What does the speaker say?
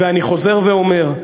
ואני חוזר ואומר,